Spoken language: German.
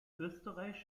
österreich